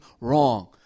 wrong